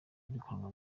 yirukanwa